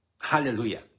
Hallelujah